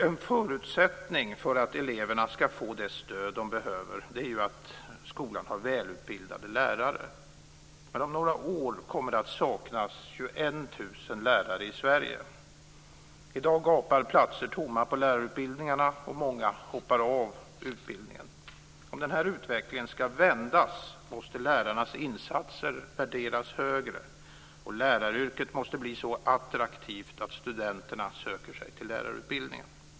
En förutsättning för att eleverna ska få det stöd de behöver är att skolan har välutbildade lärare. Men om några år kommer det att saknas 21 000 lärare i Sverige. I dag gapar platser tomma på lärarutbildningarna, och många hoppar av utbildningen. Om den här utvecklingen ska vändas måste lärarnas insatser värderas högre, och läraryrket måste bli så attraktivt att studenterna söker sig till lärarutbildningen.